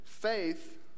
Faith